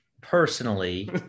personally